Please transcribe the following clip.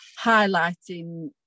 highlighting